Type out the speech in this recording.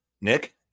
Nick